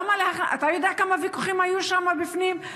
אתה יודע כמה ויכוחים היו שם בפנים?